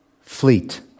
fleet